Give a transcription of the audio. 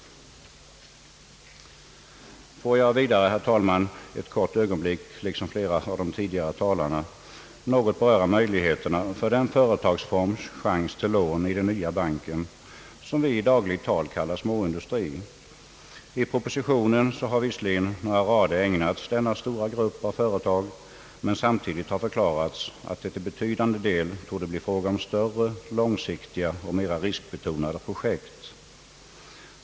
Låt mig vidare, herr talman, liksom flera av de tidigare talarna något beröra möjligheterna för den företagsform som vi i dagligt tal kallar småindustri att erhålla lån i den nya banken. I propositionen har visserligen några rader ägnats denna stora grupp av företag, men samtidigt har förklarats att det till betydande del torde bli fråga om större, långsiktiga och mera riskbetonade projekt.